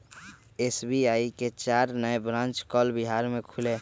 SBI के चार नए ब्रांच कल बिहार में खुलय